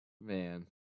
Man